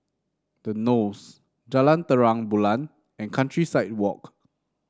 The Knolls Jalan Terang Bulan and Countryside Walk